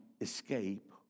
escape